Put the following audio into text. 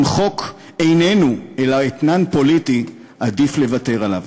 אם חוק איננו אלא אתנן פוליטי, עדיף לוותר עליו.